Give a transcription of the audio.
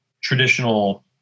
traditional